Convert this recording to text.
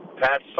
Pat